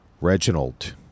Reginald